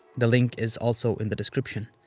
the link is also in the description.